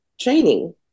training